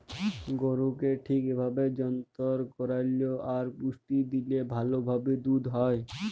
গরুকে ঠিক ভাবে যত্ন করল্যে আর পুষ্টি দিলে ভাল ভাবে দুধ হ্যয়